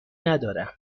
ندارم